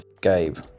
Gabe